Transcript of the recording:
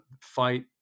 fight